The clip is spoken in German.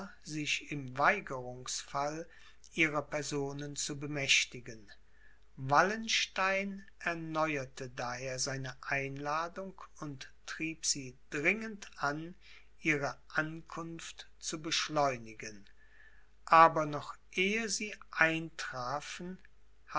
sich im weigerungsfall ihrer personen zu bemächtigen wallenstein erneuerte daher seine einladung und trieb sie dringend an ihre ankunft zu beschleunigen aber noch ehe sie eintrafen